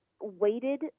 weighted